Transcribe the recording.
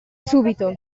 subito